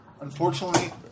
Unfortunately